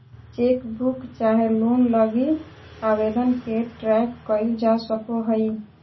chequebook चाहे loan लगी आवेदन के ट्रैक क़इल जा सको हइ